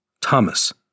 Thomas